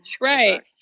Right